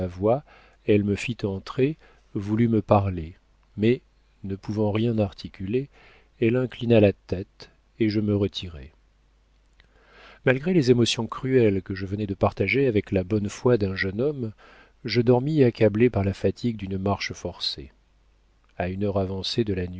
elle me fit entrer voulut me parler mais ne pouvant rien articuler elle inclina la tête et je me retirai malgré les émotions cruelles que je venais de partager avec la bonne foi d'un jeune homme je dormis accablé par la fatigue d'une marche forcée a une heure avancée de la